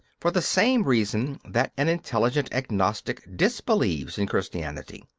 for the same reason that an intelligent agnostic disbelieves in christianity.